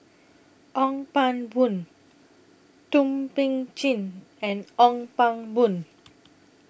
Ong Pang Boon Thum Ping Tjin and Ong Pang Boon